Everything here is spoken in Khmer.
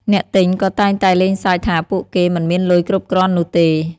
អ្នកទិញក៏តែងតែលេងសើចថាពួកគេមិនមានលុយគ្រប់គ្រាន់នោះទេ។